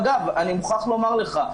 אגב, אני מוכרח לומר לך,